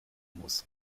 muss